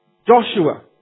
Joshua